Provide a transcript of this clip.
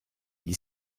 gli